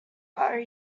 are